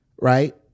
right